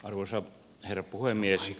arvoisa herra puhemies